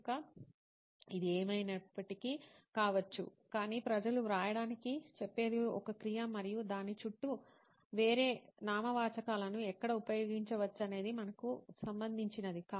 కనుక ఇది ఏమైనప్పటికీ కావచ్చు కాని ప్రజలు వ్రాయడానికి చెప్పేది ఒక క్రియ మరియు దాని చుట్టూ వేరే నామవాచకాలను ఎక్కడ ఉపయోగించవచ్చనేది మనకు సంబంధించినది